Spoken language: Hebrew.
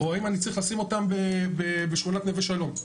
או האם אני צריך לשים אותם בשכונת נווה שלום?